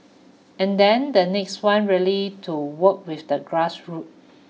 and then the next one really to work with the grassroot